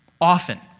Often